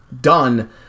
Done